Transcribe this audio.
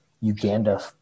Uganda